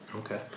Okay